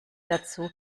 dazu